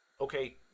okay